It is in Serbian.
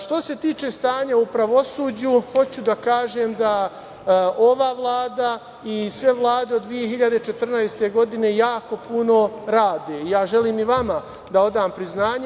Što se tiče stanja u pravosuđu, hoću da kažem da ova Vlada i sve Vlade od 2014. godine jako puno rade i ja želim i vama da odam priznanje.